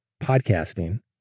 podcasting